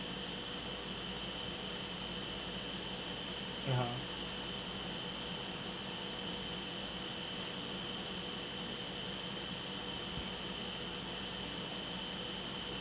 ya